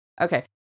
okay